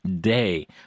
day